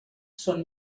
són